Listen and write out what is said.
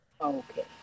Okay